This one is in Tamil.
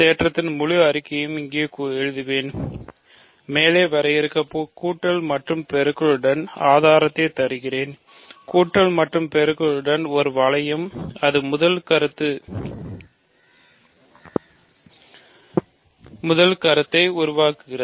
தேற்றத்தின் முழு அறிக்கையையும் இங்கே எழுதுவேன் மேலே வரையறுக்கப்பட்ட கூட்டல் மற்றும் பெருக்கலுடன் ஆதாரத்தின் தருகிறோம் கூட்டல் மற்றும் பெருக்கலுடன் ஒரு வளையம் அது முதல் கருத்தை உருவாக்குகிறது